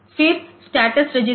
फिर status register